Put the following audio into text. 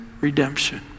redemption